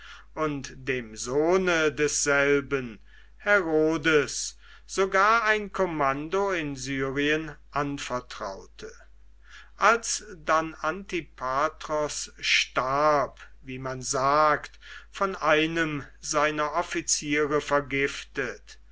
und dem sohne desselben herodes sogar ein kommando in syrien anvertraute als dann antipatros starb wie man sagt von einem seiner offiziere vergiftet